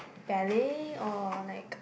ballet or like